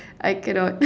I cannot